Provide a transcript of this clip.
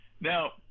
Now